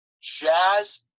Jazz